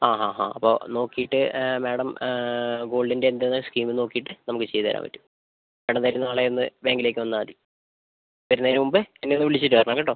ആ ആ ആ അപ്പോൾ നോക്കിയിട്ട് മാഡം ഗോൾഡിൻ്റെ എന്താണെന്ന് സ്കീം എന്ന് നോക്കിയിട്ട് നമുക്ക് ചെയ്ത് തരാൻ പറ്റും മാഡം എന്തായാലും നാളെയൊന്ന് ബാങ്കിലേക്ക് വന്നാൽ മതി വരുന്നതിന് മുമ്പ് എന്നെ ഒന്ന് വിളിച്ചിട്ട് വരണം കേട്ടോ